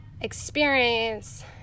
experience